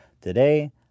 Today